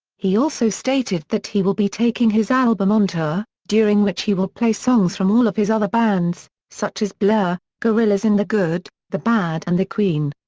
he also stated that he will be taking his album on tour, during which he will play songs from all of his other bands, such as blur, gorillaz and the good, the bad and the queen.